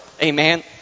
Amen